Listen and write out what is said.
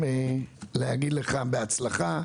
אגיד לך בהצלחה,